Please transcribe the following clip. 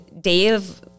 Dave